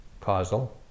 causal